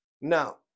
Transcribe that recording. Now